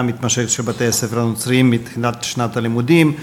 המתמשכת בבתי-הספר הנוצריים מתחילת שנת הלימודים,